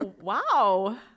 Wow